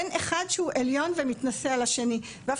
אין אחד שהוא עליון ומתנשא על השני ואף